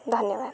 ଧନ୍ୟବାଦ